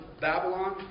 Babylon